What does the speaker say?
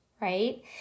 right